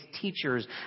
teachers